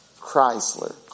Chrysler